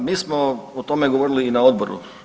Pa mi smo o tome govorili i na odboru.